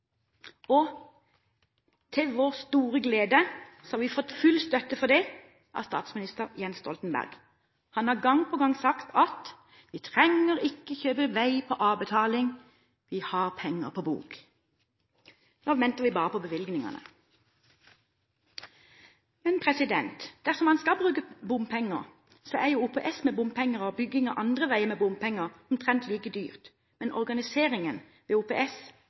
Til vår store glede har vi fått full støtte for det av statsminister Jens Stoltenberg. Han har gang på gang sagt at vi trenger ikke kjøpe vei på avbetaling, vi har penger på bok. Da venter vi bare på bevilgningene. Men dersom man skal bruke bompenger, er OPS med bompenger og bygging av andre veier med bompenger omtrent like dyrt – men organiseringen med OPS